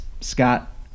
Scott